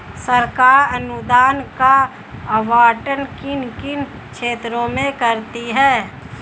सरकार अनुदान का आवंटन किन किन क्षेत्रों में करती है?